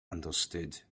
understood